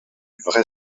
vrai